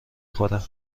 خوره